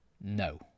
No